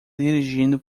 dirigindo